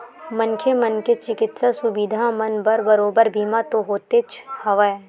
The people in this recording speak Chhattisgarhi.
मनखे मन के चिकित्सा सुबिधा मन बर बरोबर बीमा तो होतेच हवय